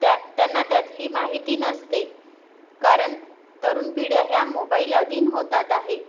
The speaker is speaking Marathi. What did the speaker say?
त्या त्यांना त्यातली माहिती नसते आहे कारण तरुण पिढ्या ह्या मोबाइलअधीन होतात आहे